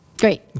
Great